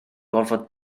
gorfod